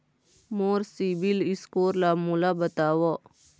मोर CIBIL score ला मोला बताव?